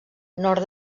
nord